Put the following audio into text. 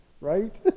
right